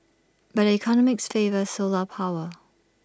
but the economics favour solar power